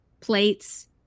plates